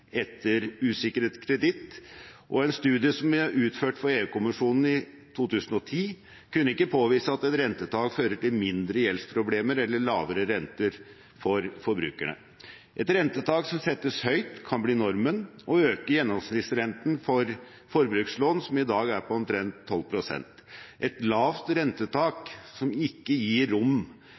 etter usikret kreditt, og en studie som er utført for EU-kommisjonen i 2010, kunne ikke påvise at et rentetak fører til mindre gjeldsproblemer eller lavere renter for forbrukerne. Et rentetak som settes høyt, kan bli normen og øke gjennomsnittsrenten for forbrukslån, som i dag er på omtrent 12 pst. Et lavt rentetak som ikke gir rom